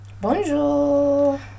Bonjour